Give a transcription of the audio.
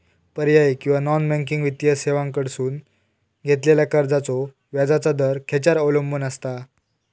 पर्यायी किंवा non banking वित्तीय सेवांकडसून घेतलेल्या कर्जाचो व्याजाचा दर खेच्यार अवलंबून आसता?